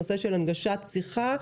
הנושא של הנגשת שיחה.